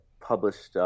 published